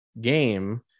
game